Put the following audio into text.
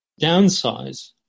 downsize